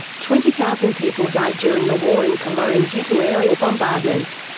twenty thousand people died during the war in cologne due to aerial bombardments.